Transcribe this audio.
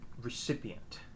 recipient